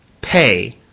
pay